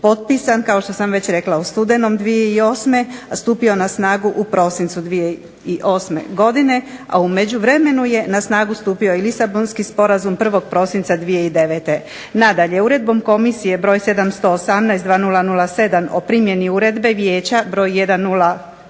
potpisan kao što sam već rekla u studenom 2008., a stupio na snagu u prosincu 2008. godine, a u međuvremenu je na snagu stupio i Lisabonski sporazum 1. prosinca 2009. Nadalje, uredbom komisije br. 718/2007. o primjeni uredbe vijeća br. 1085